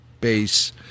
base